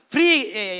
Free